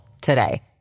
today